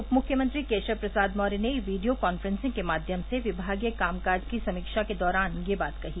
उपमुख्यमंत्री केशव प्रसाद मौर्य ने video conferencing के माध्यम से विमागीय कामकाज की समीक्षा के दौरान यह बात कही